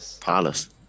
Palace